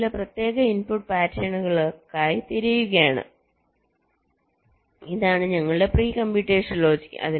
ഞങ്ങൾ ചില പ്രത്യേക ഇൻപുട്ട് പാറ്റേണുകൾക്കായി തിരയുകയാണ് ഇതാണ് ഞങ്ങളുടെ പ്രീ കമ്പ്യൂട്ടേഷൻ ലോജിക്